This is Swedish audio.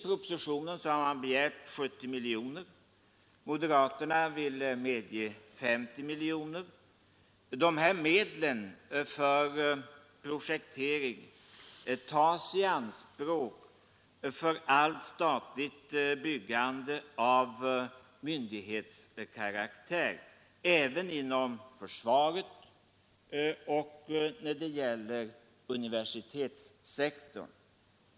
I propositionen begärs 70 miljoner kronor. Moderaterna vill medge 50 miljoner kronor. Dessa medel för projektering tas i anspråk för allt statligt byggande av myndighetskaraktär även inom försvaret och när det gäller universitetssektorn.